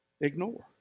ignore